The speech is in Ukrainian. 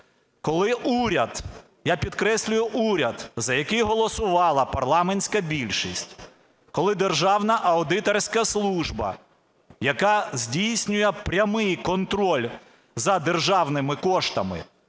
коли уряд, я підкреслюю, уряд, за який голосувала парламентська більшість, коли Державна аудиторська служба, яка здійснює прямий контроль за державними коштами,